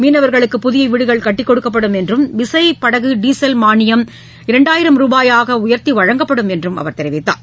மீனவர்களுக்கு புதியவீடுகள் கட்டிக்கொடுக்கப்படும் என்றும் விசைபடகுஉசல் மானியம் இரண்டாயிரம் ரூபாயாகஉயர்த்திவழங்கப்படும் என்றம் அவர் தெரிவித்தார்